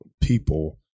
people